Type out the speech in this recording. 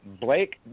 Blake